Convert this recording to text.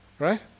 Right